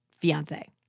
fiance